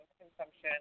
consumption